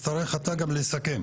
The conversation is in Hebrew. להצליח לקדם את התוכניות שלנו.